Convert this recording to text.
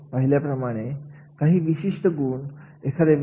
असं कार्य पूर्ण करण्यासाठी काही विशिष्ट शैक्षणिक पात्रता गरजेचे आहे का